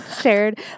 shared